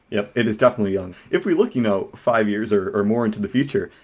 yup, it is definitely on. if we look you know five years or or more into the future,